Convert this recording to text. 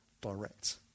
direct